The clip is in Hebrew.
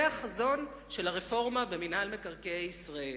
זה החזון של הרפורמה במינהל מקרקעי ישראל.